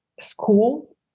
school